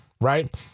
Right